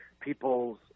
people's